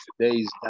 Today's